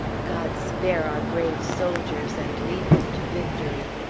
god spare our brave soldiers, and lead them to victory!